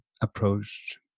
approached